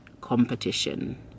competition